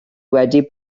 wedi